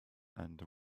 and